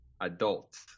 adult